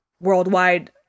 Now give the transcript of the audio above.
worldwide